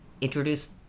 introduce